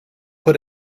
put